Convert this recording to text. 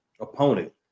opponent